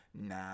Nah